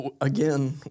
again